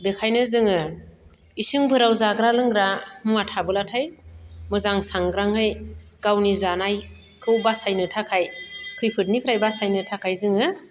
बेखायनो जोङो इसिंफोराव जाग्रा लोंग्रा मुवा थाबोलाथाय मोजां सांग्राङै गावनि जानायखौ बासायनो थाखाय खैफोदनिफ्राय बासायनो थाखाय जोङो